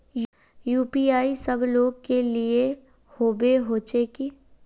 UPI सब लोग के लिए होबे होचे की?